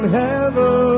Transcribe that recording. heaven